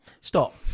stop